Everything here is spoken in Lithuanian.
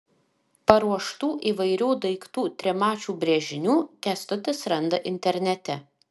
paruoštų įvairių daiktų trimačių brėžinių kęstutis randa internete